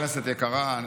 כנסת יקרה,